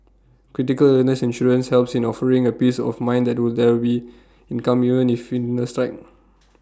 critical illness insurance helps in offering A peace of mind that will there be income even if illnesses strike